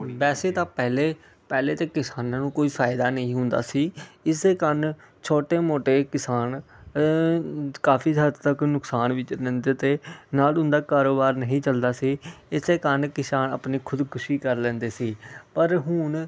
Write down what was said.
ਵੈਸੇ ਤਾਂ ਪਹਿਲੇ ਪਹਿਲੇ ਤਾਂ ਕਿਸਾਨਾਂ ਨੂੰ ਕੋਈ ਫਾਇਦਾ ਨਹੀਂ ਹੁੰਦਾ ਸੀ ਇਸੇ ਕਾਰਨ ਛੋਟੇ ਮੋਟੇ ਕਿਸਾਨ ਕਾਫੀ ਹੱਦ ਤੱਕ ਨੁਕਸਾਨ ਵੀ ਦਿੰਦੇ ਅਤੇ ਨਾਲ ਉਹਨਾਂ ਦਾ ਕਾਰੋਬਾਰ ਨਹੀ ਚੱਲਦਾ ਸੀ ਇਸੇ ਕਾਰਨ ਕਿਸਾਨ ਆਪਣੀ ਖੁਦਕੁਸ਼ੀ ਕਰ ਲੈਂਦੇ ਸੀ ਪਰ ਹੁਣ